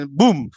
boom